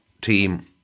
team